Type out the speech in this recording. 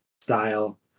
style